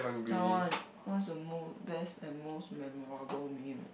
that one what's your most best and most memorable meal